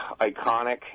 iconic